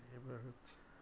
ଏବେ ହେଉଛି